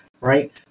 right